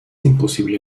imposible